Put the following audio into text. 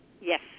Yes